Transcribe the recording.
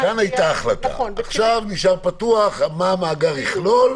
עכשיו נשאר פתוח מה המאגר יכלול,